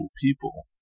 people